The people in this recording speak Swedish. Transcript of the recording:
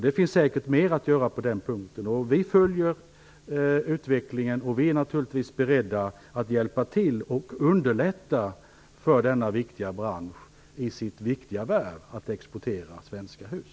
Det finns säkert mer att göra på den punkten, och vi följer utvecklingen. Vi är naturligtvis beredda att hjälpa till och underlätta för denna viktiga bransch i dess värv med att exportera svenska hus.